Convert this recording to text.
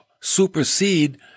supersede